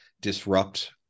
disrupt